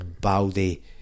Baldy